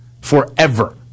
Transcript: forever